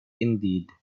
indeed